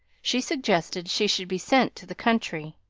she suggested she should be sent to the country.